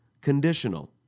conditional